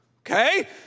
okay